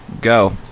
Go